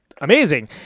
amazing